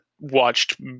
watched